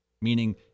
meaning